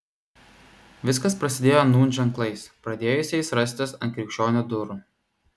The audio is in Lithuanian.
viskas prasidėjo nūn ženklais pradėjusiais rastis ant krikščionių durų